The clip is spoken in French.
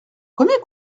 combien